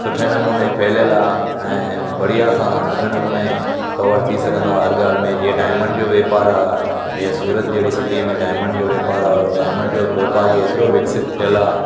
सुठे नमूने फैलियलु आहे ऐं बढ़िया सां सुठे नमूने कवर थी सघंदो आहे हर ॻाल्हि में जीअं डायमंड जो वापारु आहे जीअं सूरत जहिड़ी सिटीअ में डायमंड जो वापारु आहे और डायमंड जो वापार बि हेतिरो विकसित थियल आहे